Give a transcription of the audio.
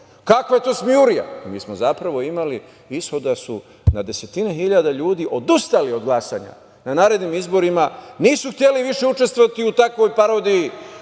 Kakva je to smejurija? Mi smo, zapravo, imali ishod da su na desetine hiljada ljudi odustali od glasanja. Na narednim izborima nisu hteli više učestvovati u takvoj parodiji,